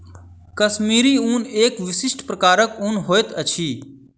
कश्मीरी ऊन एक विशिष्ट प्रकारक ऊन होइत अछि